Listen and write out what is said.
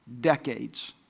decades